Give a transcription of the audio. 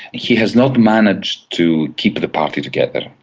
he has not managed to keep the party together.